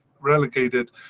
relegated